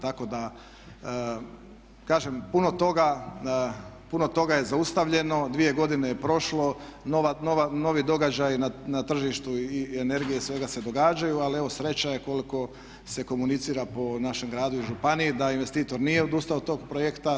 Tako da kažem, puno toga je zaustavljeno, dvije godine je prošlo, novi događaji na tržištu energije svega se događaju ali evo sreća je koliko se komunicira po našem gradu i županiji da investitor nije odustao od tog projekta.